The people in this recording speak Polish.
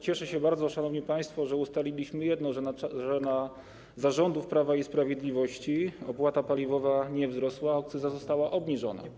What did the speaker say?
Cieszę się bardzo, szanowni państwo, że ustaliliśmy jedno: za rządów Prawa i Sprawiedliwości opłata paliwowa nie wzrosła, a akcyza została obniżona.